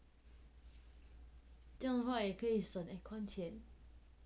这样的话也可以省 aircon 钱